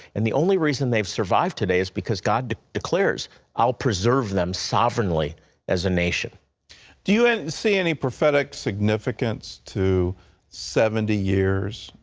and the only reason they've survived today is because god declares i'll preserve them sovereignly as a nation. gordon do you and see any prophetic significance to seventy years?